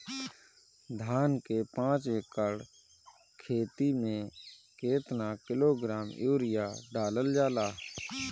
धान के पाँच एकड़ खेती में केतना किलोग्राम यूरिया डालल जाला?